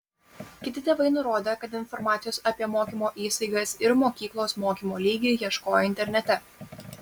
kiti tėvai nurodė kad informacijos apie mokymo įstaigas ir mokyklos mokymo lygį ieškojo internete